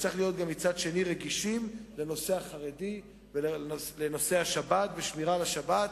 ומצד שני צריך להיות רגישים לנושא החרדי ולשבת ולשמירה על השבת,